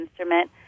instrument